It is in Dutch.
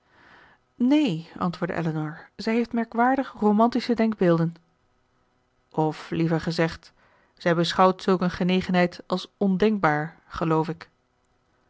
neen antwoordde elinor zij heeft merkwaardig romantische denkbeelden of liever gezegd zij beschouwt zulk een genegenheid als ondenkbaar geloof ik